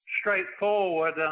straightforward